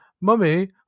Mummy